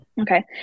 Okay